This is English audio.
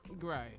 Right